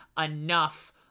enough